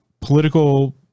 Political